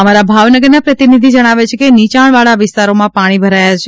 અમારા ભાવનગરના પ્રતિનિધિ જણાવે છે કે નીચાણવાળા વિસ્તારોમાં પાણી ભરાયા છે